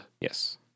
Yes